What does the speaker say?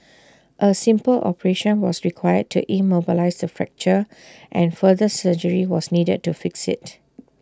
A simple operation was required to immobilise the fracture and further surgery was needed to fix IT